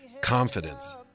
confidence